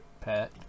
Pat